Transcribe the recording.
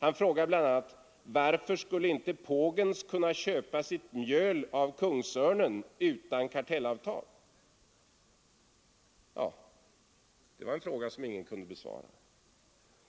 Han frågade bl.a.: Varför skulle inte Pågens kunna köpa sitt mjöl av Kungsörnen utan kartellavtal? Det var en fråga som ingen kunde besvara.